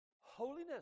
holiness